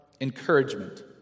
encouragement